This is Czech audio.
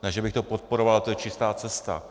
Ne že bych to podporoval, to je čistá cesta.